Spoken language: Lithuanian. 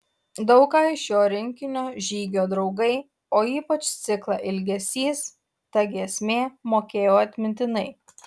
daug ką iš jo rinkinio žygio draugai o ypač ciklą ilgesys ta giesmė mokėjau atmintinai